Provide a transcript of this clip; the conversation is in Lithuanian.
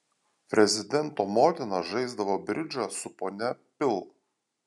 prezidento motina žaisdavo bridžą su ponia pil